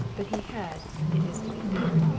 but he had, it is to be feared,